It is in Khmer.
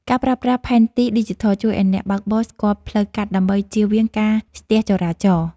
ការប្រើប្រាស់ផែនទីឌីជីថល ជួយឱ្យអ្នកបើកបរស្គាល់ផ្លូវកាត់ដើម្បីជៀសវាងការស្ទះចរាចរណ៍។